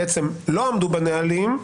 בעצם לא עמדו בנהלים,